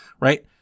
right